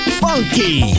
funky